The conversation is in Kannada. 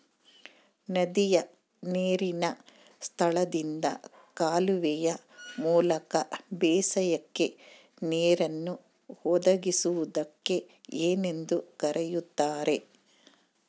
ನದಿಯ ನೇರಿನ ಸ್ಥಳದಿಂದ ಕಾಲುವೆಯ ಮೂಲಕ ಬೇಸಾಯಕ್ಕೆ ನೇರನ್ನು ಒದಗಿಸುವುದಕ್ಕೆ ಏನೆಂದು ಕರೆಯುತ್ತಾರೆ?